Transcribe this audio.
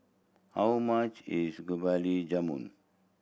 how much is Jamun